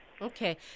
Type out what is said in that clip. Okay